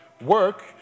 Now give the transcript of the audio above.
Work